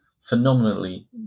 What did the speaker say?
phenomenally